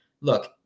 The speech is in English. look